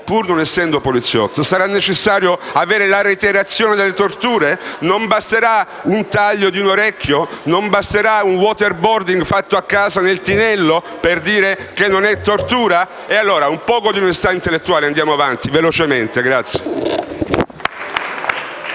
pur non essendo poliziotto. Sarà necessario prevedere la reiterazione delle torture? Non basterà il taglio di un orecchio? Non basterà un *waterboarding* fatto a casa nel tinello per dire che è tortura? Colleghi, abbiate allora un po' di onestà intellettuale e andiamo avanti velocemente.